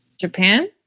Japan